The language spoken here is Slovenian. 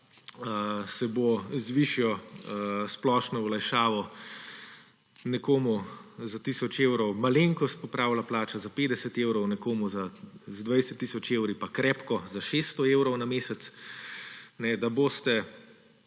se bo z višjo splošno olajšavo nekomu za tisoč evrov malenkost popravila plača za 50 evrov, nekomu z 20 tisoč evri pa krepko za 600 evrov na mesec, da boste